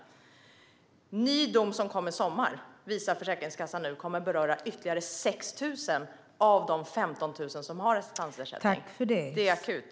En ny dom som kom i somras kommer att beröra ytterligare 6 000 av de 15 000 som har assistansersättning, visar Försäkringskassan. Det är akut.